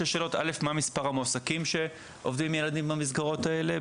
שתי שאלות: מה מספר המועסקים שעובדים עם ילדים במסגרות האלה,